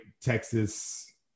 Texas